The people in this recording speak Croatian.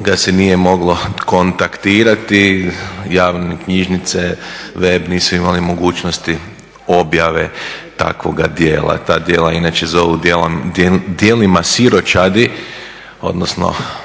ga se nije moglo kontaktirati javne knjižnice, web, nisu imali mogućnosti objave takvoga djela. Ta djela inače zovu djelima siročadi odnosno